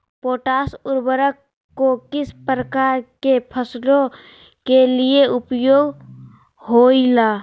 Potash उर्वरक को किस प्रकार के फसलों के लिए उपयोग होईला?